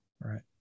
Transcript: Right